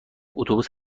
اتوبوس